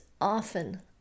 often